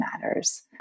matters